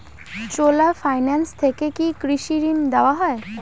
চোলা finance থেকে কি কৃষি ঋণ দেওয়া হয়?